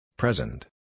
Present